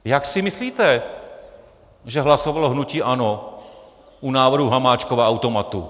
Jak si myslíte, že hlasovalo hnutí ANO u návrhu Hamáčkova automatu?